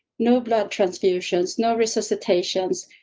no blood transfusions. no, recitations.